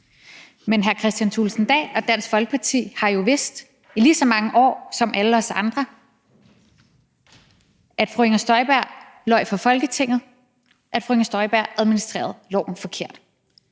Men hr. Kristian Thulesen Dahl og Dansk Folkeparti har jo vidst i lige så mange år som alle os andre, at fru Inger Støjberg løj for Folketinget, at fru Inger Støjberg administrerede loven forkert.